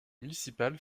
municipal